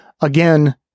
again